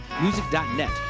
music.net